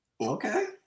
Okay